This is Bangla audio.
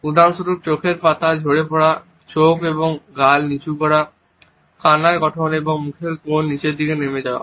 উদাহরণস্বরূপ চোখের পাতা ঝরে পড়া ঠোঁট ও গাল নিচু করা কান্নার গঠন এবং মুখের কোণ নিচের দিকে নেমে যাওয়া